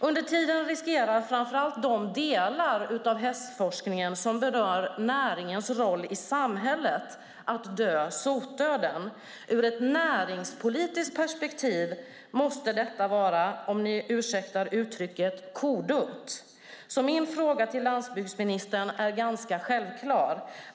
Under tiden riskerar framför allt de delar av hästforskningen som berör näringens roll i samhället att dö sotdöden. Ur ett näringspolitiskt perspektiv måste detta vara, om ni ursäktar uttrycket, kodumt. Min fråga till landsbygdsministern är ganska självklar.